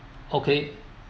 okay